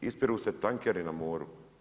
Ispiru se tankeri na moru.